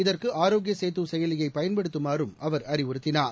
இதற்கு ஆரோக்கிய சேது செயலியை பயன்படுத்துமாறும் அவர் அறிவுறுத்தினார்